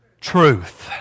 Truth